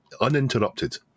uninterrupted